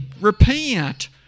repent